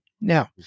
Now